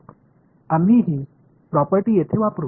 எனவே இந்த பொருட்களை இங்கு பயன்படுத்துவோம்